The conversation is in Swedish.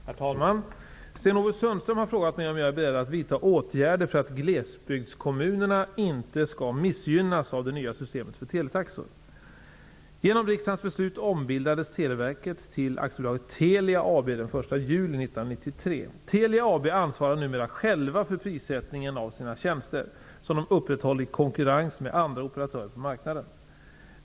Herr talman! Sten-Ove Sundström har frågat mig om jag är beredd att vidta åtgärder för att glesbygdskommunerna inte skall missgynnas av det nya systemet för teletaxor. ansvarar numera själva för prissättningen av sina tjänster, som de upprätthåller i konkurrens med andra operatörer på marknaden.